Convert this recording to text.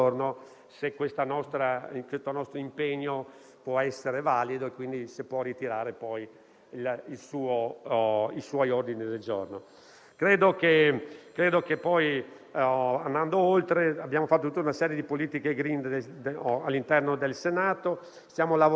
essere valido. Andando oltre, abbiamo fatto tutta una serie di politiche *green* all'interno del Senato. Stiamo lavorando sull'efficientamento energetico e sulla riqualificazione delle aree adiacenti ai palazzi. Si sta realizzando un piano per il superamento delle barriere architettoniche. Questi